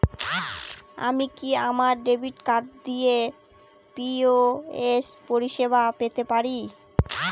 আমি কি আমার ডেবিট কার্ড দিয়ে পি.ও.এস পরিষেবা পেতে পারি?